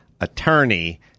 attorney